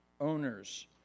owners